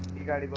the guy